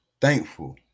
thankful